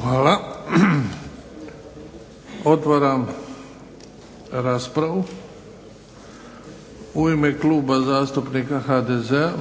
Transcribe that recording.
Hvala. Otvaram raspravu. U ime Kluba zastupnika HDZ-a